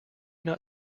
not